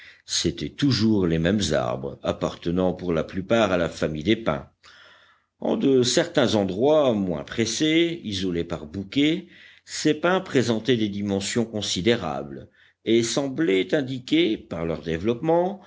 c'étaient toujours les mêmes arbres appartenant pour la plupart à la famille des pins en de certains endroits moins pressés isolés par bouquets ces pins présentaient des dimensions considérables et semblaient indiquer par leur développement